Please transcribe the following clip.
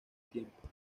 tiempo